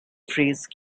phrase